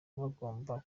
bagomba